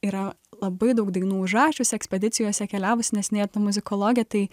yra labai daug dainų užrašius ekspedicijose keliavusi neseniai apie muzikologiją tai